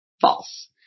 false